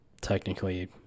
technically